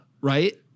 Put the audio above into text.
Right